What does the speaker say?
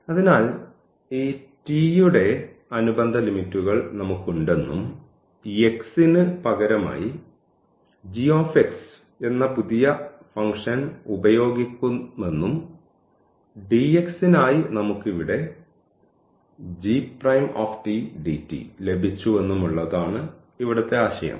അതിനാൽ ഈ t യുടെ അനുബന്ധ ലിമിറ്റ്കൾ നമുക്കുണ്ടെന്നും ഈ x ന് പകരമായി g എന്ന പുതിയ ഫംഗ്ഷന് ഉപയോഗിക്കുമെന്നും dx നായി നമുക്ക് ഇവിടെ gdt ലഭിച്ചുവെന്നും ഉള്ളതാണ് ഇവിടുത്തെ ആശയം